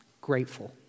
grateful